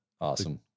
awesome